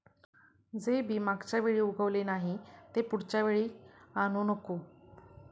जे बी मागच्या वेळी उगवले नाही, ते पुढच्या वेळी आणू नको